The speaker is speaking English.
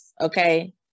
Okay